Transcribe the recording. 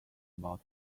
about